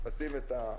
תשים את החוק,